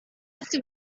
have